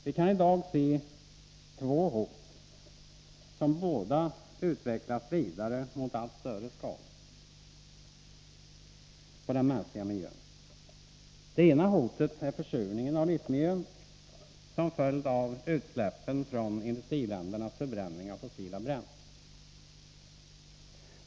Vi kan i dag se två hot som båda utvecklas vidare mot allt större skador på den mänskliga miljön. Det ena hotet är försurningen av livsmiljön som följd av utsläppen vid industriländernas förbränning av fossila bränslen.